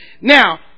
Now